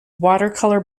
watercolour